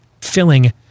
filling